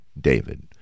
David